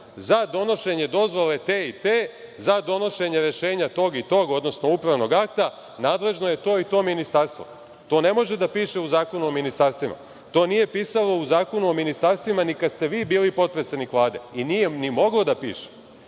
za donošenje dozvole te i te, za donošenja rešenja tog i tog, odnosno upravnog akta, nadležno je to i to ministarstvo. To ne može da piše u Zakonu o ministarstvima. To nije pisalo u Zakonu o ministarstvima ni kada ste vi bili potpredsednik Vlade i nije ni moglo da piše.